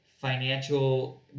financial